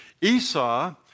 Esau